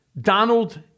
Donald